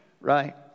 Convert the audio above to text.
Right